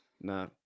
No